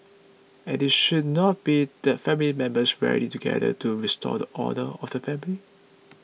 and it should not be that family members rally together to restore the honour of the family